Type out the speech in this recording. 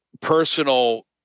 personal